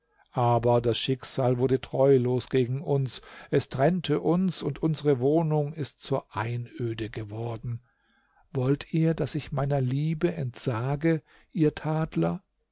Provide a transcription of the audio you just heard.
aber das schicksal wurde treulos gegen uns es trennte uns und unsere wohnung ist zur einöde geworden wollt ihr daß ich meiner liebe entsage ihr tadler